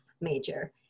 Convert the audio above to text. major